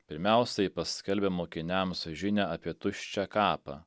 pirmiausia ji paskelbia mokiniams žinią apie tuščią kapą